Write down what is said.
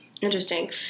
Interesting